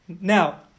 Now